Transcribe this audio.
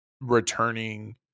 returning